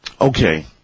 okay